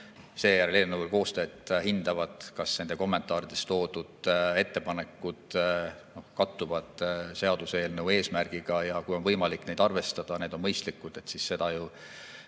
seejärel eelnõu koostajad hindavad, kas nendes kommentaarides toodud ettepanekud kattuvad seaduseelnõu eesmärgiga. Kui on võimalik neid arvestada, need on mõistlikud, siis seda ju